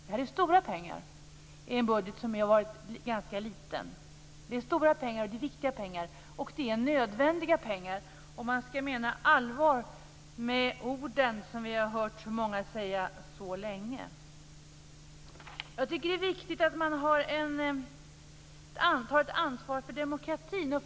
Det är stora pengar i en ganska liten budget. Det är också viktiga och nödvändiga pengar om man nu menar allvar med de ord som vi hört så många säga under så lång tid. Det är viktigt att man tar ansvar för demokratin.